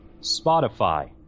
Spotify